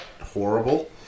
horrible